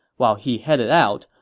while he headed out,